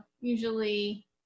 usually